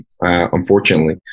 unfortunately